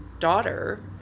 daughter